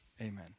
amen